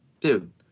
Dude